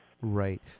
Right